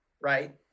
right